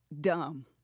dumb